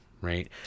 right